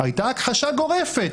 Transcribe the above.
הייתה הכחשה גורפת.